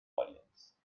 audience